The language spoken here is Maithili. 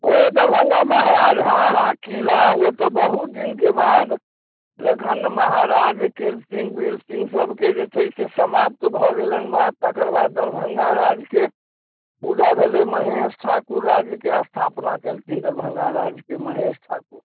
ओ दरभङ्गा महाराज हाँ हाँ किला ओ तऽ बहुत दिनके बाद जखन महाराज कीर्त सिंह बीर सिंह सभके जे छै से समाप्त भऽ गेलनि बात तकर बाद दरभङ्गा राज्यके पूजा भेलै महेश ठाकुर राज्यके स्थापना कयलखिन दरभङ्गा राज्यके महेश ठाकुर